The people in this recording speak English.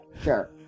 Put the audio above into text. Sure